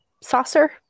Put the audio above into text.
saucer